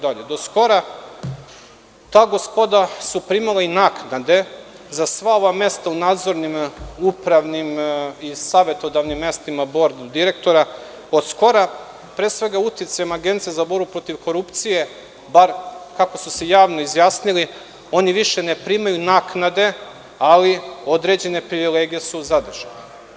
Do skoro, ta gospoda su primala i naknade za sva ova mesta u nadzornim, upravnim i savetodavnim mestima bord direktora, od skora, pre svega uticajem Agencije za borbu protiv korupcije, bar kako su se javno izjasnili, oni više ne primaju naknade, ali određene privilegije su zadržali.